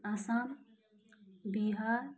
Assam Bihar